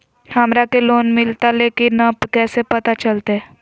हमरा के लोन मिलता ले की न कैसे पता चलते?